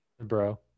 Bro